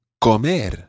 comer